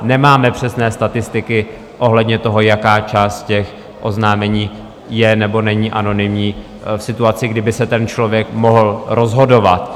Nemáme přesné statistiky ohledně toho, jaká část těch oznámení je nebo není anonymní v situaci, kdy by se ten člověk mohl rozhodovat.